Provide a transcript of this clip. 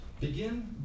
Begin